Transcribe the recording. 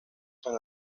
san